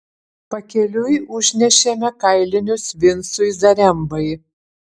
pakeliui užnešėme kailinius vincui zarembai